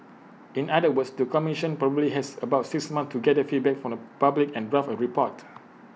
in other words the commission probably has about six months to gather feedback from the public and draft A report